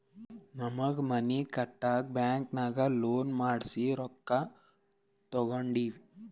ನಮ್ಮ್ಗ್ ಮನಿ ಕಟ್ಟಾಕ್ ಬ್ಯಾಂಕಿನಾಗ ಲೋನ್ ಮಾಡ್ಸಿ ರೊಕ್ಕಾ ತೊಂಡಿವಿ